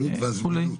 העלות והזמינות.